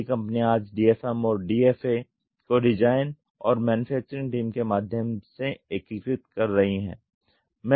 कई कंपनियां आज DFM और DFA को डिजाइन और मैन्युफैक्चरिंग टीम के माध्यम से एकीकृत कर रही हैं